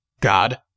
God